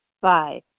Five